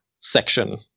section